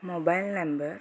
mobile number